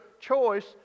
choice